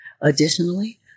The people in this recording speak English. Additionally